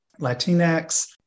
Latinx